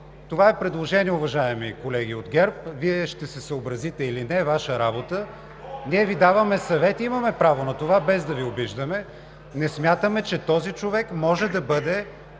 Това е предложение, уважаеми колеги от ГЕРБ. Вие ще се съобразите или не – Ваша работа. Ние Ви даваме съвети (шум и реплики), имаме право на това, без да Ви обиждаме. Не смятаме, че този човек може да бъде